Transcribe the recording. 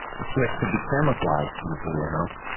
the switch could be camouflaged easily enough.